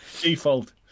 Default